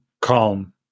calm